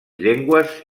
llengües